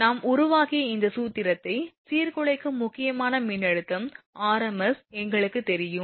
நாம் உருவாக்கிய இந்த சூத்திரத்தை சீர்குலைக்கும் முக்கியமான மின்னழுத்த rms எங்களுக்குத் தெரியும்